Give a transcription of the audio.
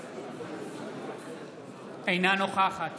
אינה נוכחת